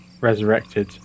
resurrected